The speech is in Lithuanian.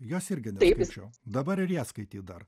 jos irgineskaičiau dabar ir ją skaityt dar